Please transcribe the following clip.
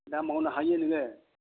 दा मावनो हायो नोङो